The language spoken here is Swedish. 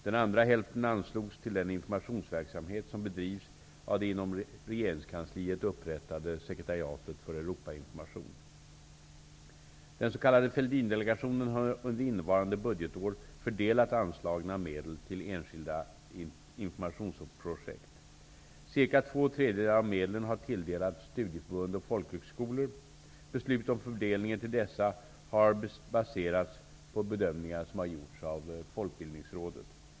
Den andra hälften anslogs till den informationsverksamhet som bedrivs av det inom regeringskansliet inrättade Sekretariatet för Den s.k. Fälldindelegationen har under innevarande budgetår fördelat anslagna medel till enskilda informationsprojekt. Cirka två tredjedelar av medlen har tilldelats studieförbund och folkhögskolor. Beslut om fördelningen till dessa har baserats på bedömningar som har gjorts av Folkbildningsrådet.